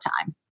time